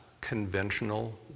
conventional